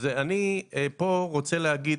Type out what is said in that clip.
אני פה רוצה להגיד,